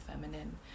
feminine